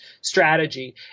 strategy